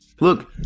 Look